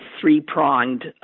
three-pronged